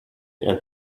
and